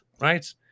right